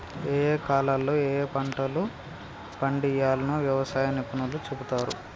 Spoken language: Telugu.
ఏయే కాలాల్లో ఏయే పంటలు పండియ్యాల్నో వ్యవసాయ నిపుణులు చెపుతారు